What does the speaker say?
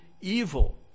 evil